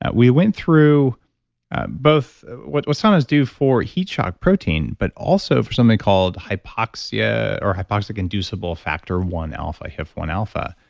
ah we went through both what what sometimes do for heat shock protein, but also for something called hypoxia or hypoxia-inducible factor one alpha, hif one alpha.